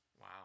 Wow